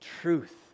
truth